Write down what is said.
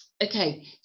Okay